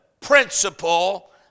principle